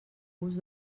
gust